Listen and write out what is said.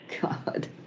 god